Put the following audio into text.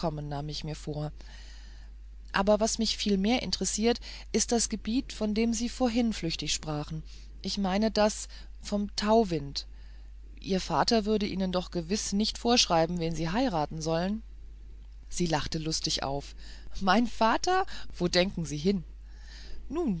nahm ich mir vor aber was mich viel mehr interessiert ist das gebiet von dem sie vorhin flüchtig sprachen ich meine das vom tauwind ihr vater würde ihnen doch gewiß nicht vorschreiben wen sie heiraten sollen sie lachte lustig auf mein vater wo denken sie hin